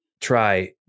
try